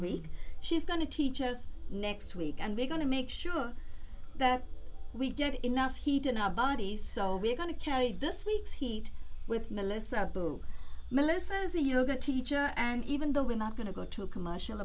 week she's going to teach us next week and we're going to make sure that we get enough heat in our bodies so we're going to carry this week's heat with melissa melissa is a yoga teacher and even though we're not going to go to commercial